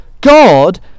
God